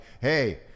hey